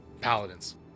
paladins